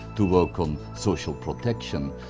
to work on social protection,